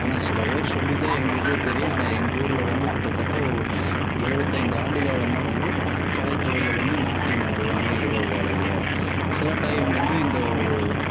ஆனால் சில பேர் சொல்லி தான் எங்களுக்கு தெரியும் ஆனால் எங்கள் ஊரில் வந்து கிட்டத்தட்ட ஒரு எழுபத்தைந்து ஆண்டுகாலமாக வந்து கலைத்துறையில் வந்து நாட்டியம் ஆடுவாங்க இரவு வேலையில் சில டைம் வந்து இந்த